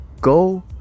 go